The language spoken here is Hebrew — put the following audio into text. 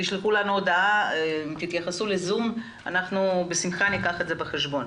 תשלחו לנו הודעה, אנחנו בשמחה ניקח את זה בחשבון.